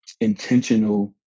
intentional